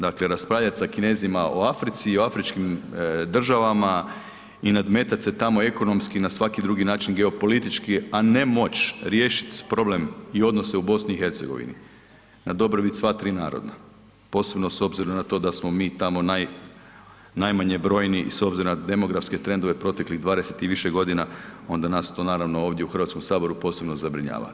Dakle, raspravljat sa Kinezima o Africi i afričkim državama i nadmetat se tamo ekonomski i na svaki drugi način geopolitički, a ne moći riješit problem i odnose u BiH na dobrobit sva tri naroda posebno s obzirom na to da smo mi tamo najmanje brojni i s obzirom na demografske trendove proteklih 20 i više godina onda nas to naravno ovdje u Hrvatskom saboru posebno zabrinjava.